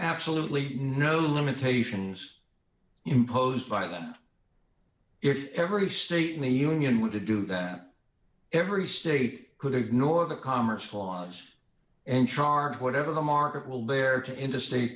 absolutely no limitations imposed by them if every state in the union were to do that every state could ignore the commerce clause and charge whatever the market will bear to into state